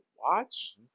watch